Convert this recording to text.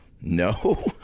no